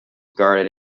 guarded